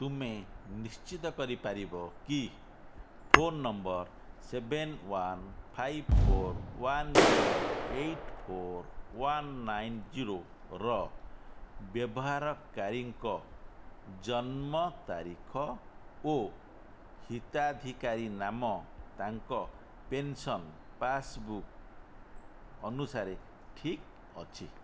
ତୁମେ ନିଶ୍ଚିତ କରିପାରିବ କି phone number seven one five four one zero eight four one nine ଜିରୋର ବ୍ୟବହାରକାରୀଙ୍କ ଜନ୍ମ ତାରିଖ ଓ ହିତାଧିକାରୀ ନାମ ତାଙ୍କ ପେନ୍ସନ୍ ପାସବୁକ୍ ଅନୁସାରେ ଠିକ୍ ଅଛି